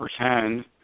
Pretend